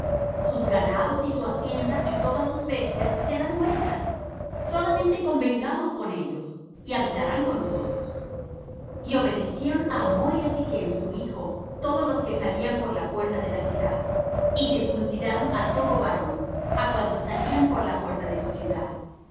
sus ganados y su hacienda y todas sus bestias serán nuestras solamente convengamos con ellos y habitarán con nosotros y obedecieron á hamor y á sichm su hijo todos los que salían por la puerta de la ciudad y circuncidaron á todo varón á cuantos salían por la puerta de su ciudad